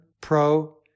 Pro